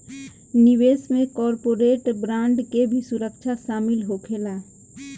निवेश में corporate bond के भी सुरक्षा शामिल होखेला